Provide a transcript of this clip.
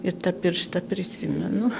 ir tą pirštą prisimenu